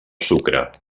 sucre